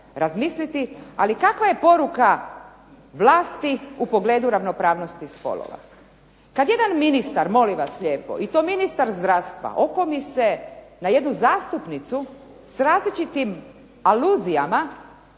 razmisliti, ali kakva je poruka vlasti u pogledu ravnopravnosti spolova? Kad jedan ministar, molim vas lijepo, i to ministar zdravstva okomi se na jednu zastupnicu s različitim aluzijama,